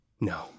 No